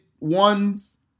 ones